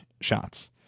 shots